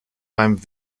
beim